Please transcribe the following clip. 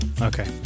Okay